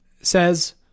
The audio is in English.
says